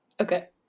Okay